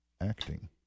acting